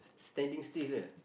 standing still where